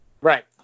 Right